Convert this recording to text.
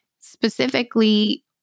Specifically